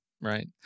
Right